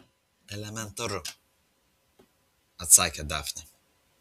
elementaru atsakė dafnė